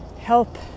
help